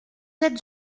êtes